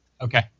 Okay